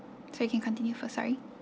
so you can continue first sorry